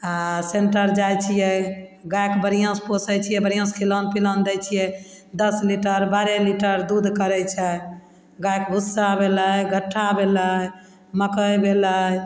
आओर सेन्टर जाइ छिए गाइके बढ़िआँसे पोसै छिए बढ़िआँसे खिलान पिलान दै छिए दस लीटर बारह लीटर दूध करै छै गाइके भुस्सा भेलै घट्ठा भेलै मकइ भेलै